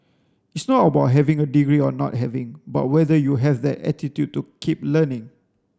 it's not about having a degree or not having but whether you have that attitude to keep learning